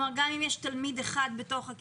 אומרת שגם אם יש תלמיד מחוסן אחד בכיתה,